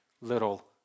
little